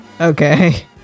Okay